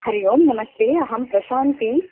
हरि ओम् नमस्ते अहं प्रशान्ती